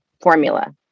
formula